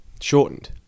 shortened